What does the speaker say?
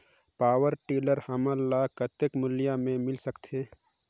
Power tiller हमन ल कतेक मूल्य मे मिल सकथे?